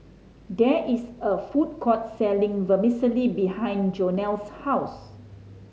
there is a food court selling Vermicelli behind Jonell's house